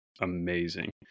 amazing